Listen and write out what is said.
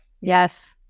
Yes